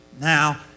now